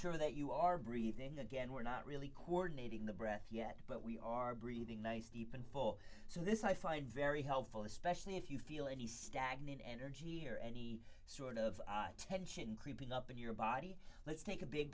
sure that you are breathing again we're not really quarter needing the breath yet but we are breathing nice deep in full so this i find very helpful especially if you feel any stagnant energy or any sort of tension creeping up in your body let's take a big